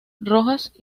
rojas